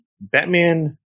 Batman